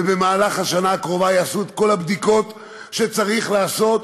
ובמהלך השנה הקרובה יעשו את כל הבדיקות שצריך לעשות,